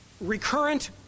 recurrent